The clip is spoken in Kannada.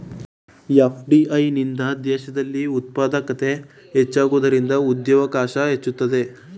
ಎಫ್.ಡಿ.ಐ ನಿಂದ ದೇಶದಲ್ಲಿ ಉತ್ಪಾದಕತೆ ಹೆಚ್ಚಾಗುವುದರಿಂದ ಉದ್ಯೋಗವಕಾಶ ಹೆಚ್ಚುತ್ತದೆ